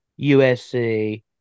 USC